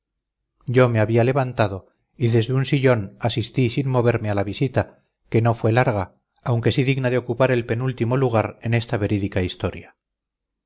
yo me había levantado y desde un sillón asistí sin moverme a la visita que no fue larga aunque sí digna de ocupar el penúltimo lugar en esta verídica historia